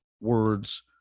words